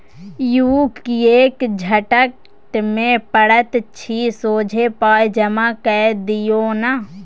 यौ किएक झंझट मे पड़ैत छी सोझे पाय जमा कए दियौ न